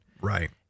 Right